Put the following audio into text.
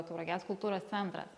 tauragės kultūros centras